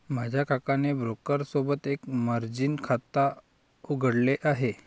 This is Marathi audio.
माझ्या काकाने ब्रोकर सोबत एक मर्जीन खाता उघडले आहे